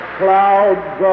clouds